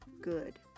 good